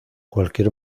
cualquier